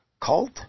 cult